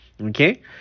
okay